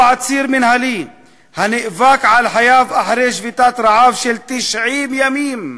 הוא עציר מינהלי הנאבק על חייו אחרי שביתת רעב של 90 ימים,